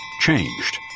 changed